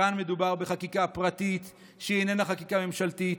כאן מדובר בחקיקה פרטית שהיא איננה חקיקה ממשלתית,